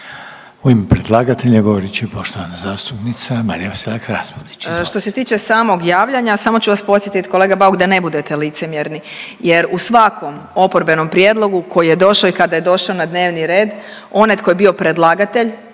Marija Selak-Raspudić, izvolite. **Selak Raspudić, Marija (Nezavisni)** Što se tiče samog javljanja samo ću vas podsjetiti kolega Bauk da ne budete licemjerni, jer u svakom oporbenom prijedlogu koji je došao i kada je došao na dnevni red onaj tko je bio predlagatelj